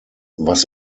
was